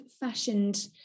fashioned